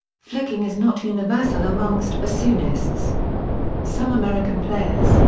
flicking is not universal amongst bassoonists some american players,